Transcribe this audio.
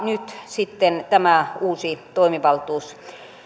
nyt sitten tämä uusi toimivaltuus